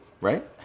right